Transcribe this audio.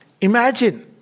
Imagine